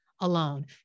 alone